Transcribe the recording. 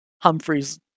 Humphrey's